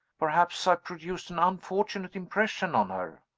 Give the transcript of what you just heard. perhaps i produced an unfortunate impression on her.